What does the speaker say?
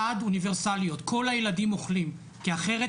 1. אוניברסאליות כל הילדים אוכלים כי אחרת